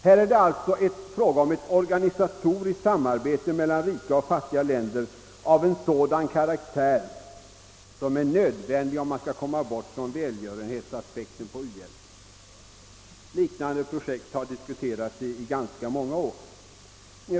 Här är det alltså fråga om ett organisatoriskt samarbete mellan rika och fattiga länder av en sådan karaktär som är nödvändig, om man skall komma bort från välgörenhetsaspekten på uhjälpen. Liknande projekt har diskuterats i ganska många år.